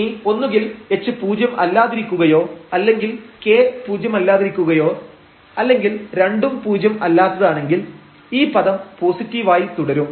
ഇനി ഒന്നുകിൽ h പൂജ്യം അല്ലാതിരിക്കുകയോ അല്ലെങ്കിൽ k പൂജ്യമല്ലാതിരിക്കുകയോ അല്ലെങ്കിൽ രണ്ടും പൂജ്യം അല്ലാത്തതാണെങ്കിൽ ഈ പദം പോസിറ്റീവായി തുടരും